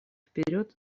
вперед